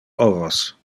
ovos